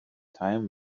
time